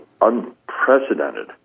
unprecedented